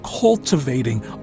cultivating